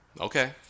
Okay